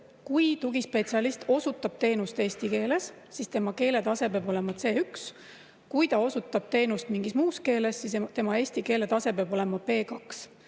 kui tugispetsialist osutab teenust eesti keeles, siis tema keeletase peab olema C1, kui ta osutab teenust mingis muus keeles, siis tema eesti keele tase peab olema B2.